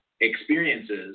experiences